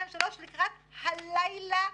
אנחנו לא נמצאים קרוב לגבול הדרומי,